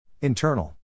Internal